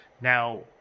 Now